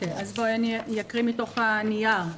אני אקריא מתוך הנייר.